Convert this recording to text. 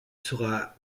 sera